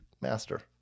master